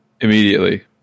Immediately